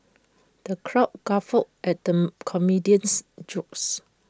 the crowd guffawed at the comedian's jokes